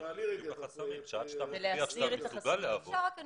בפריפריה לוקחים רופאים מרומניה שקיבלו הכשרה.